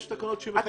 יש תקנות שמחייבות?